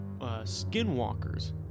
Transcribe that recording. skinwalkers